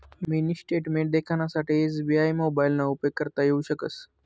mini statement देखानासाठे SBI मोबाइलना उपेग करता येऊ शकस